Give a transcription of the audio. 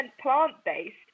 plant-based